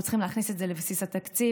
אנחנו צריכים להכניס את זה לבסיס התקציב,